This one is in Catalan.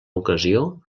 ocasió